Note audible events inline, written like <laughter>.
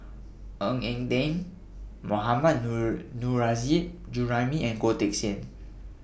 Ng Eng Teng Mohammad <unintelligible> Nurrasyid Juraimi and Goh Teck Sian